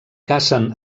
cacen